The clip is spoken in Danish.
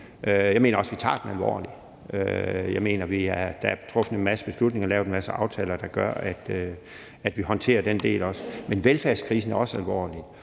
Jeg mener også, vi tager den alvorligt. Jeg mener, der er truffet en masse beslutninger og lavet en masse aftaler, der gør, at vi også håndterer den del. Men velfærdskrisen er også alvorlig,